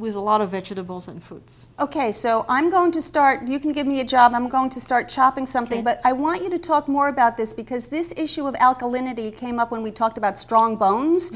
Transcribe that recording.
with a lot of vegetables and fruits ok so i'm going to start you can give me a job i'm going to start chopping something but i want you to talk more about this because this issue of alkalinity came up when talked about strong bones